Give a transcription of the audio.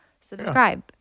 subscribe